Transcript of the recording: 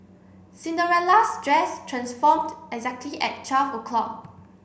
Cinderella's dress transformed exactly at twelve o'clock